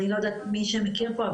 אני לא יודעת מי שמכיר פה,